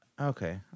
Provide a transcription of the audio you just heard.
Okay